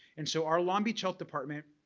and so our long beach health department,